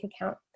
account